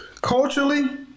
culturally